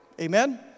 Amen